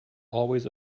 always